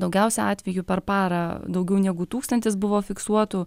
daugiausia atvejų per parą daugiau negu tūkstantis buvo fiksuotų